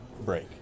break